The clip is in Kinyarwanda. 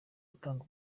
atanga